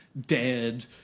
dead